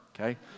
okay